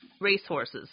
racehorses